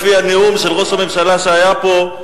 לפי הנאום של ראש הממשלה שהיה פה,